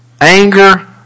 anger